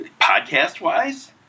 Podcast-wise